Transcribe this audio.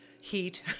heat